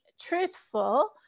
truthful